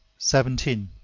seventeen.